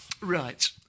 Right